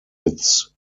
its